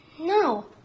No